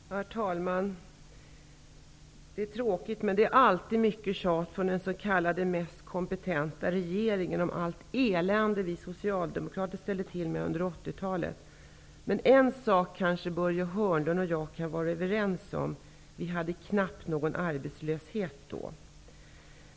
Herr talman! Det är tråkigt, men det är alltid mycket tjat från den s.k. mest kompetenta regeringen om allt elände vi Socialdemokrater ställde till med under 80-talet. Men en sak kanske Börje Hörnlund och jag kan vara överens om: Vi hade knappt någon arbetslöshet då.